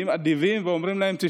נהיים אדיבים ואומרים להם: תשמעו,